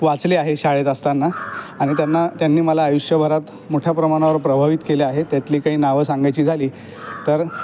वाचले अहे शाळेत असताना आणि त्यांना त्यांनी मला आयुष्यभरात मोठ्या प्रमाणावर प्रभावित केले आहे त्यातली काही नावं सांगायची झाली तर